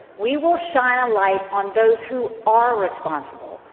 we will shine a light on those who are responsible.